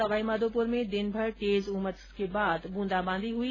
सवाईमाधोपूर में दिनभर तेज उमस के बाद ब्रंदाबादी हुई